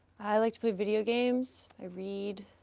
i like to play video games, i read.